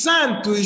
Santo